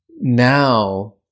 now